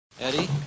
Eddie